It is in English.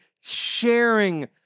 sharing